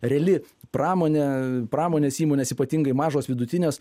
reali pramonė pramonės įmonės ypatingai mažos vidutinės